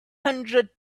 hundred